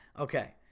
Okay